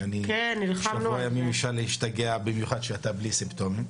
כי שבוע ימים אפשר להשתגע במיוחד שאתה בלי סימפטומים.